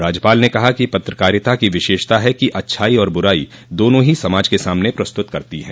राज्यपाल ने कहा कि पत्रकारिता की विशेषता है कि अच्छाई व बुराई दोनों ही समाज के सामने प्रस्तुत करती हैं